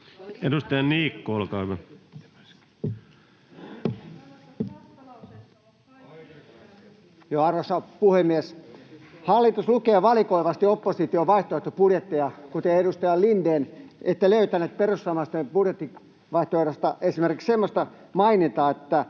Time: 12:08 Content: Arvoisa puhemies! Hallitus lukee valikoivasti opposition vaihtoehtobudjetteja kuten edustaja Lindén. Ette löytäneet perussuomalaisten budjettivaihtoehdosta esimerkiksi semmoista mainintaa, että